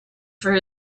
for